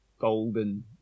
golden